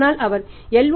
ஆனால் அவர் L